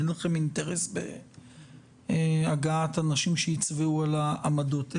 אין לכם אינטרס בהגעת אנשים שיצבאו על העמדות.